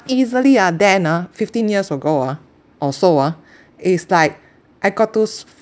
easily ah then ah fifteen years ago ah or so ah is like I got to